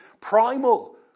primal